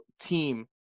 team